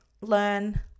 learn